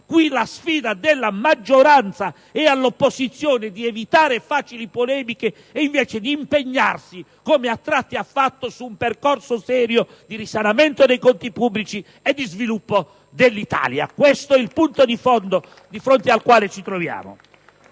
la sfida che la maggioranza lancia all'opposizione è quella di evitare facili polemiche e di impegnarsi, come a tratti ha già fatto, su un percorso serio di risanamento dei conti pubblici e di sviluppo dell'Italia. Questo è il punto fondamentale di fronte al quale ci troviamo.